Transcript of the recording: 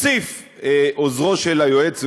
מוסיף עוזרו של היועץ וכותב,